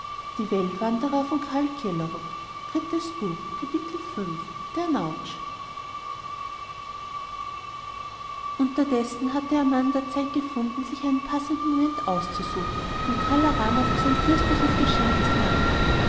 unterdessen hatte amanda zeit gefunden sich einen passenden moment auszusuchen um kala rama für sein fürstliches geschenk zu danken